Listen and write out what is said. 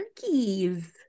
turkeys